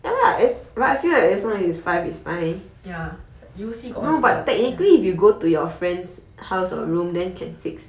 ya U_O_C got